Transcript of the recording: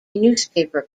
newspaper